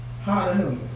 Hallelujah